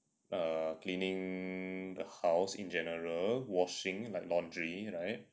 err cleaning the house in general washing like laundry right